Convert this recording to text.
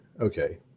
okay